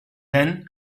then